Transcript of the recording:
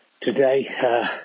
today